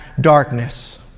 darkness